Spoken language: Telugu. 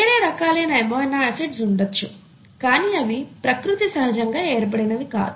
వేరే రకాలైన ఎమినో ఆసిడ్స్ ఉండొచ్చు కానీ అవి ప్రకృతి సహజంగా ఏర్పడినవి కావు